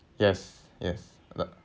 yes yes uh